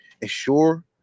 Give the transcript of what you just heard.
Ensure